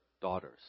daughters